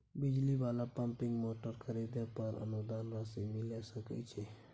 बिजली वाला pumping motor खरीदे पर अनुदान राशि मिल सके छैय?